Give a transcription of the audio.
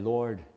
Lord